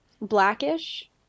Blackish